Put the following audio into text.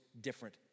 different